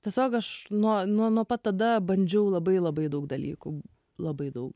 tiesiog aš nuo nuo nuo pat tada bandžiau labai labai daug dalykų labai daug